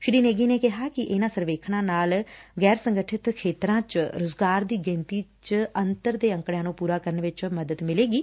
ਸ੍ਰੀ ਨੇਗੀ ਨੇ ਕਿਹਾ ਕਿ ਇਨ੍ਨਾਂ ਸਰਵੇਖਣਾ ਨਾਲ ਗੈਰ ਸੰਗਠਤ ਖੇਤਰਾਂ ਚ ਰੁਜ਼ਗਾਰ ਦੀ ਗਿਣਤੀ ਚ ਅੰਤਰ ਦੇ ਅੰਕੜਿਆਂ ਨ੍ਨੰ ਪੁਰਾ ਕਰਨ ਵਿਚ ਮਦਦ ਮਿਲੇਗੀ